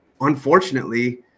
unfortunately